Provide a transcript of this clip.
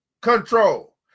Control